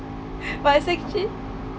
but it's actually